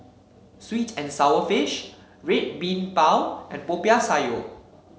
sweet and sour fish Red Bean Bao and Popiah Sayur